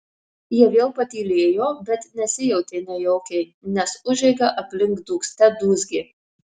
jie vėl patylėjo bet nesijautė nejaukiai nes užeiga aplink dūgzte dūzgė